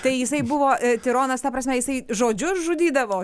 tai jisai buvo tironas ta prasme jisai žodžiu žudydavo